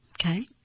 Okay